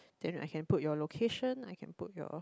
then I can put your location I can put your